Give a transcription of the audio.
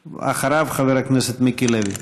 אחריו, חבר הכנסת מיקי לוי.